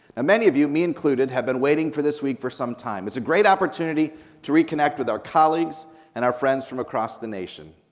and many of you, me included, have been waiting for this week for some time. it's a great opportunity to reconnect with our colleagues and our friends from across the nation.